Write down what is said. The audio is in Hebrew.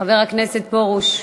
חבר הכנסת פרוש,